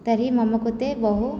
तर्हि मम कृते बहु